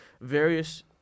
various